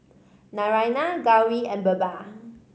Naraina Gauri and Birbal